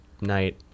night